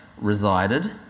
resided